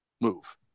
move